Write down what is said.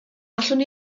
allwn